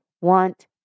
want